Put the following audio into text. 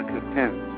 content